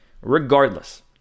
Regardless